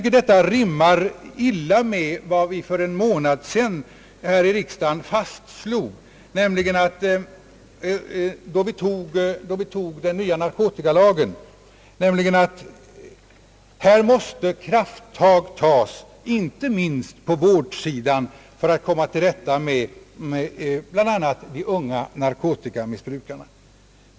Det rimmar illa med vad vi för 14 dagar sedan här i riksdagen fastslog — då vi tog den nya narkotikalagen — att här måste till krafttag, inte minst på vårdsidan, för att komma till rätta med bl.a. de unga narkotikamissbrukarna.